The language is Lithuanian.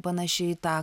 panaši į tą